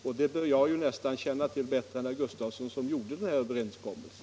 Och det bör jag ju nästan känna till bättre än herr Gustavsson, eftersom det var jag som gjorde den här överenskommelsen.